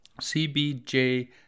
CBJ